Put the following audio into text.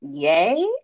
Yay